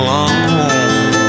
alone